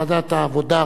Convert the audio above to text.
ועדת העבודה,